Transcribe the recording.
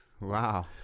wow